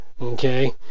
Okay